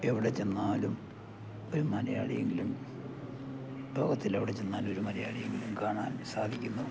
എവിടെ ചെന്നാലും ഒരു മലയാളിയെ എങ്കിലും ലോകത്തിൽ എവിടെ ചെന്നാലൊരു മലയാളിയെ എങ്കിലും കാണാൻ സാധിക്കുന്നു